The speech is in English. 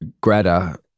Greta